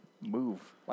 move